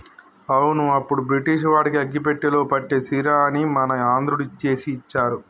అవును అప్పుడు బ్రిటిష్ వాడికి అగ్గిపెట్టెలో పట్టే సీరని మన ఆంధ్రుడు చేసి ఇచ్చారు